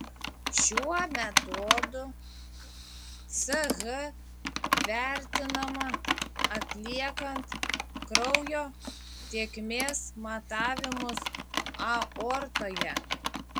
šiuo metodu ch vertinama atliekant kraujo tėkmės matavimus aortoje